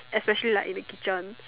especially like in the kitchen